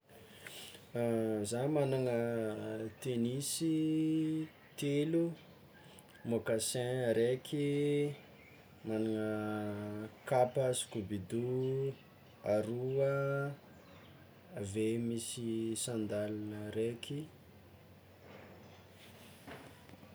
Zah magnana tenisy telo, moccassin araiky, magnana kapa scoubido aroa, aveo misy sandal araiky.